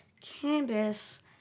Candace